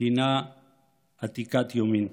היא עתיקת יומין.